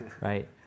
right